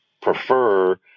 prefer